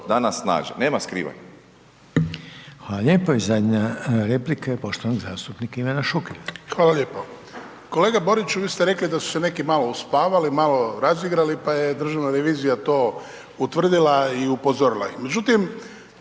**Reiner, Željko (HDZ)** Hvala lijepa. I zadnja replika je poštovanog zastupnika Ivana Šukera. **Šuker, Ivan (HDZ)** Hvala lijepo. Kolega Boriću, vi ste rekli da su se neki malo uspavali, malo razigrali, pa je Državna revizija to utvrdila i upozorila ih.